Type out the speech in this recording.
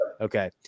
Okay